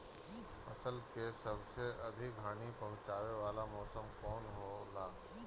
फसल के सबसे अधिक हानि पहुंचाने वाला मौसम कौन हो ला?